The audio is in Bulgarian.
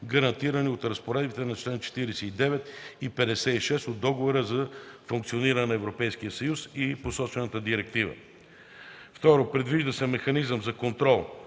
гарантирани от разпоредбите на чл. 49 и 56 от Договора за функциониране на Европейския съюз и на посочената директива. 2. Предвижда се механизъм за контрол